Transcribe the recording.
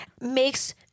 Makes